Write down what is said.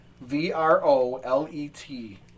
V-R-O-L-E-T